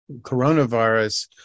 coronavirus